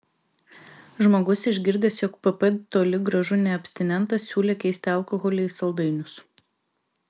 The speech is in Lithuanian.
žmogus išgirdęs jog pp toli gražu ne abstinentas siūlė keisti alkoholį į saldainius